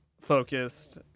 focused